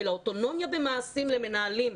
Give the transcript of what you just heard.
אלא אוטונומיה במעשים למנהלים,